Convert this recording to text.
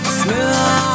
smooth